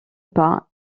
pas